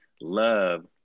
love